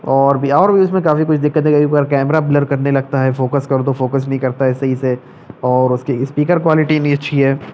اور بھی اور بھی اس میں کافی کچھ دقتیں ہیں کبھی ایک بار کیمرہ بلر کرنے لگتا ہے فوکس کر دو فوکس نہیں کرتا ہے صحیح سے اور اس کی اسپیکر کوالٹی نہیں اچھی ہے